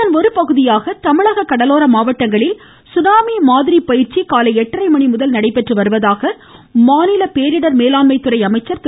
இதன் ஒருபகுதியாக தமிழக கடலோர மாவட்டங்களில் சுனாமி மாதிரி பயிற்சி காலை எட்டரை மணி முதல் நடைபெற்று வருவதாக மாநில பேரிடர் மேலாண்மை துறை அமைச்சர் திரு